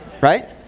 right